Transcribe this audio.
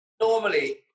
normally